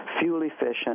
fuel-efficient